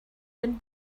den